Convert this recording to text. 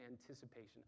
anticipation